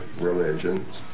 religions